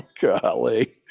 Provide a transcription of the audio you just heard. golly